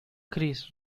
chris